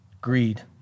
greed